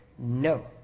No